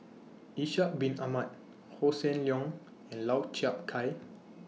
Ishak Bin Ahmad Hossan Leong and Lau Chiap Khai